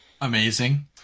amazing